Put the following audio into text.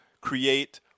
create